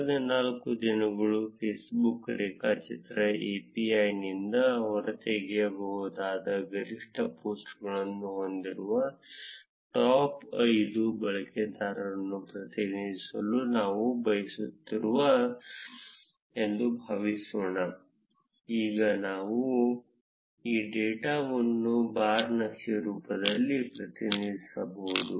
ಕಳೆದ ನಾಲ್ಕು ದಿನಗಳಲ್ಲಿ Facebook ರೇಖಾಚಿತ್ರ API ನಿಂದ ಹೊರತೆಗೆಯಬಹುದಾದ ಗರಿಷ್ಠ ಪೋಸ್ಟ್ಗಳನ್ನು ಹೊಂದಿರುವ ಟಾಪ್ 5 ಬಳಕೆದಾರರನ್ನು ಪ್ರತಿನಿಧಿಸಲು ನಾವು ಬಯಸುತ್ತೇವೆ ಎಂದು ಭಾವಿಸೋಣ ನಾವು ಈ ಡೇಟಾವನ್ನು ಬಾರ್ ನಕ್ಷೆ ರೂಪದಲ್ಲಿ ಪ್ರತಿನಿಧಿಸಬಹುದು